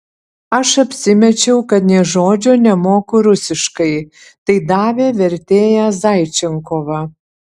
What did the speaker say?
aš apsimečiau kad nė žodžio nemoku rusiškai tai davė vertėją zaičenkovą